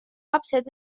lapsed